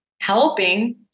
helping